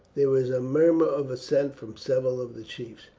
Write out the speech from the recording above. there was a murmur of assent from several of the chiefs.